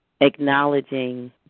Acknowledging